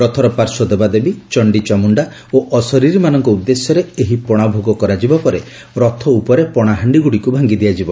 ରଥର ପାର୍ଶ୍ୱ ଦେବାଦେବୀ ଚଣ୍ଡିଚାମୁଣ୍ଡା ଓ ଅଶରୀରମାନଙ୍କ ଉଦ୍ଦେଶ୍ୟରେ ଏହି ପଶା ଭୋଗ କରାଯିବାପରେ ରଥ ଉପରେ ପଣା ସହିତ ହାଣ୍ଡି ଗୁଡିକୁ ଭାଙ୍ଗି ଦିଆଯିବ